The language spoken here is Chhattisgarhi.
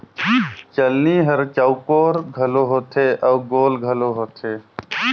चलनी हर चउकोर घलो होथे अउ गोल घलो होथे